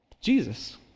Jesus